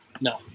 No